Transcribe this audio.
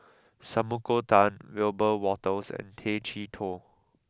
Sumiko Tan Wiebe Wolters and Tay Chee Toh